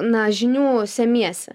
na žinių semiesi